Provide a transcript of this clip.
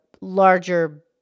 larger